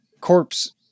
corpse